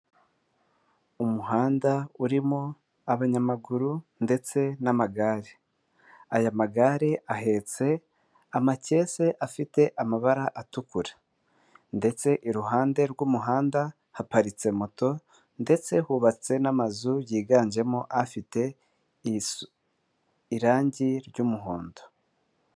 Umuhanda urimo abanyamaguru ndetse n'amagare. Aya magare ahetse amakese afite amabara atukura ndetse iruhande rw'umuhanda haparitse moto ndetse hubatse n'amazu yiganjemo afite irangi ry'umuhondo.